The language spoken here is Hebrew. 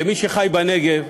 כמי שחי בנגב,